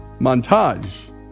montage